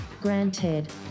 granted